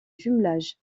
jumelage